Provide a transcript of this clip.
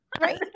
Right